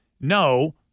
No